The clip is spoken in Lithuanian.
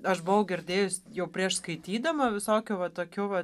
aš buvau girdėjus jau prieš skaitydama visokių va tokių va